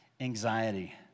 anxiety